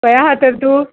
खंय आहा तर तूं